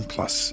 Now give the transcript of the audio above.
Plus